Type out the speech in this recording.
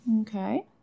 Okay